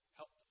help